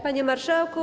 Panie Marszałku!